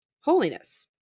holiness